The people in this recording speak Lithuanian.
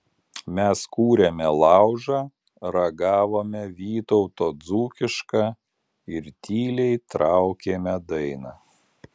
mes kūrėme laužą ragavome vytauto dzūkišką ir tyliai traukėme dainą